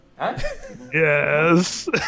Yes